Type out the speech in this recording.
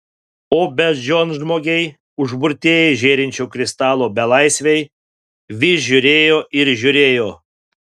o beždžionžmogiai užburtieji žėrinčio kristalo belaisviai vis žiūrėjo ir žiūrėjo